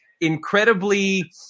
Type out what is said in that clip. incredibly